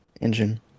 engine